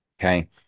Okay